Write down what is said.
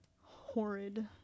horrid